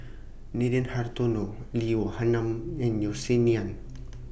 Nathan Hartono Lee Wee Nam and Yeo Si Nian